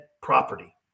property